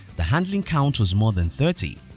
the handling count was more than thirty,